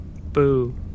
Boo